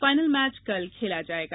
final match कल खेला जाएगा